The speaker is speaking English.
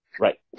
Right